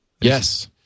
Yes